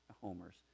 homers